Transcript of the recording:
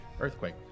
Earthquake